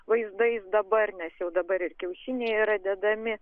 vaizdais dabar nes jau dabar ir kiaušiniai yra dedami